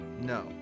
No